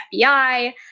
FBI